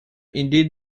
indeed